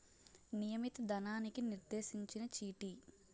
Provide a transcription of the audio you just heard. నియమిత ధనానికి నిర్దేశించిన చీటీ